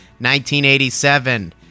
1987